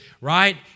right